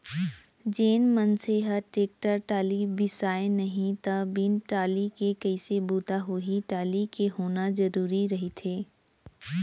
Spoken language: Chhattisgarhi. जेन मनसे ह टेक्टर टाली बिसाय नहि त बिन टाली के कइसे बूता होही टाली के होना जरुरी रहिथे